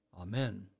Amen